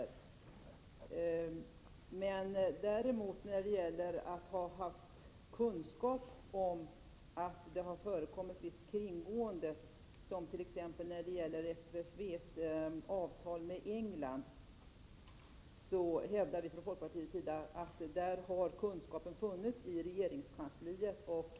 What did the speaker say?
När det däremot gäller frågan om någon har haft kunskap om att det har förekommit ett visst kringgående av bestämmelserna, t.ex. när det gäller FFV:s avtal med England, hävdar vi från folkpartiets sida att det har funnits kunskap i regeringskansliet.